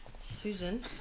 Susan